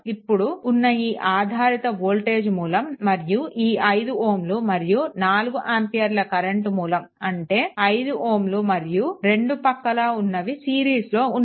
ఇప్పుడు ఉన్న ఈ ఆధారిత వోల్టేజ్ మూలం మరియు ఈ 5 Ω మరియు 4 ఆంపియర్ల కరెంట్ మూలం అంటే 5 Ω మరియు రెండు పక్కల ఉన్నవి సిరీస్లోలో ఉన్నాయి